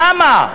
למה?